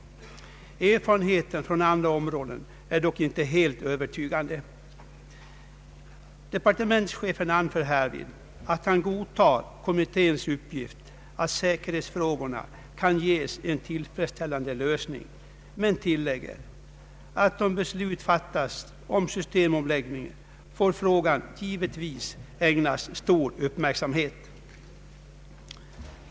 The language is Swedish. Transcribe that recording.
Erfarenheten från andra områden är nämligen inte helt övertygande. Departementschefen anför härvid att han godtar kommitténs uppgift att säkerhetsfrågorna kan ges en tillfredsställande lösning men tillägger att därest be slut fattas om systemomläggningen bör frågan givetvis ägnas stor uppmärksamhet.